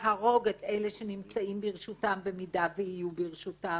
להרוג את אלה שנמצאים ברשותם במידה ויהיו ברשותם,